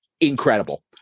Incredible